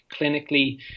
clinically